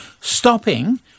stopping